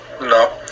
no